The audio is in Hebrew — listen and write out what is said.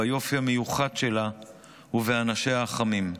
ביופי המיוחד שלה ובאנשיה החמים.